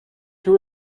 two